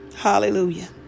Hallelujah